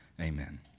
Amen